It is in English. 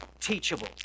teachable